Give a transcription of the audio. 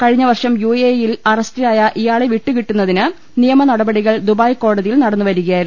കഴിഞ്ഞ വർഷം യുകഎ ഇയിൽ അറസ്റ്റിലായ ഇയാളെ വിട്ടുകിട്ടുന്നതിന് നിയമനടപടി കൾ ദുബായ് കോടതിയിൽ നടന്നുവരികയായിരുന്നു